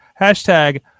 Hashtag